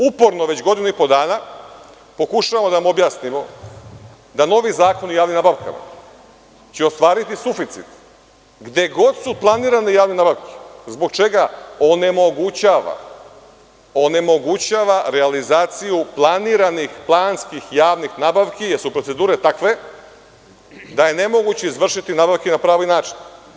Uporno već godinu i po dana pokušavamo da vam objasnimo da će novi zakoni o javnim nabavkama ostvariti suficit gde god su planirane javne nabavke, zbog čega onemogućava realizaciju planiranih planskih javnih nabavki, jer su procedure takve da je nemoguće izvršiti nabavke na pravi način.